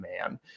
man